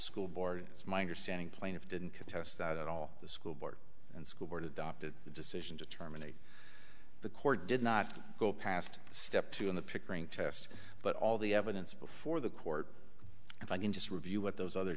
school board it's my understanding plaintiff didn't contest that at all the school board and school board adopted the decision to terminate the court did not go past step two in the pickering test but all the evidence before the court if i can just review what those other